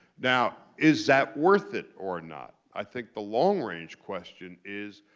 now, is that worth it or not? i think the long range question is,